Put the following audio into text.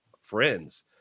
friends